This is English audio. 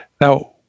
Now